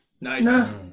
Nice